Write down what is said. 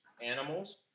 animals